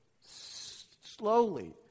slowly